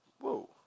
Whoa